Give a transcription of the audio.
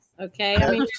Okay